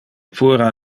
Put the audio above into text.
puera